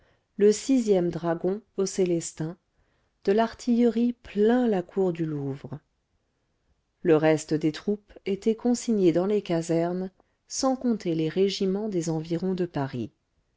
le ème dragons aux célestins de l'artillerie plein la cour du louvre le reste des troupes était consigné dans les casernes sans compter les régiments des environs de paris